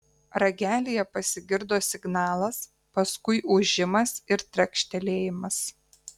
ragelyje pasigirdo signalas paskui ūžimas ir trakštelėjimas